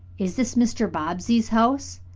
is this mr. bobbsey's house?